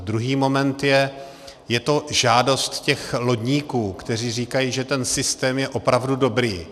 Druhý moment je je to žádost těch lodníků, kteří říkají, že ten systém je opravdu dobrý.